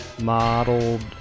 modeled